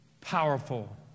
powerful